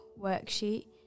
worksheet